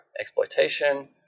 exploitation